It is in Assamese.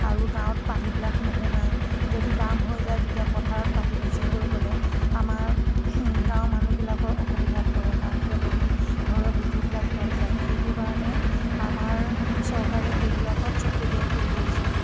আৰু গাঁৱত পানীবিলাকো নোসোমায় যদি বাম হৈ যায় পথাৰত পানী বেছি হৈ গ'লে আমাৰ গাঁৱৰ মানুহবিলাকৰ অসুবিধাত পৰে কাৰণ কিয় ভেঁটি ঘৰৰ ভেঁটিবিলাক তল যায় সেইটো কাৰণে আমাৰ চৰকাৰে সেইবিলাকত চকু দিয়াতো প্ৰয়োজন